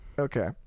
okay